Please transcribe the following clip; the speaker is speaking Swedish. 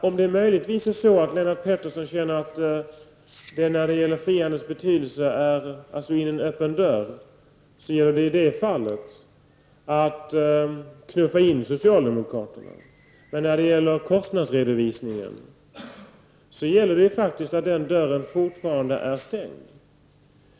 Om Lennart Pettersson möjligen känner att det när det gäller frihandelns betydelse är som att slå in en öppen dörr, gäller det i så fall att knuffa in socialdemokraterna. Men i fråga om kostnadsredovisningen är den dörren faktiskt fortfarande stängd.